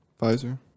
Pfizer